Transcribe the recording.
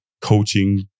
coaching